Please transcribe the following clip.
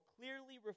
clearly